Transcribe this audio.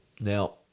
Now